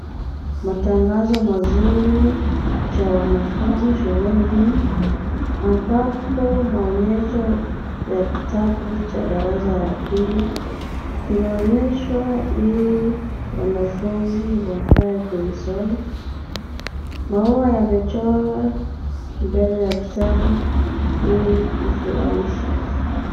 Matangazo mazuri cha wanafunzi shuleni humu ambapo maonyesho ya kitabu cha darasa la pili inaonyeshwa ili wanafunzi wafae kuisoma. Maua yamechorwa mbele ya kitabu ili kufurahisha.